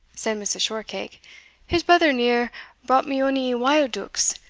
said mrs. shortcake his brother neer brought me ony wild-deukes,